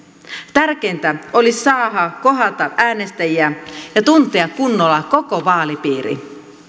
tärkeintä olisi saada kohdata äänestäjiä ja tuntea kunnolla koko vaalipiiri